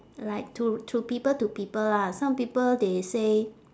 like to to people to people lah some people they say